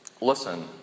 listen